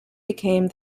became